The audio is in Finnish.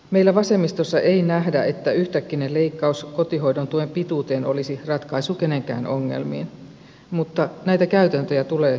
meillä vasemmistossa ei nähdä että yhtäkkinen leikkaus kotihoidon tuen pituuteen olisi ratkaisu kenenkään ongelmiin mutta näitä käytäntöjä tulee uudistaa